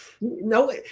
No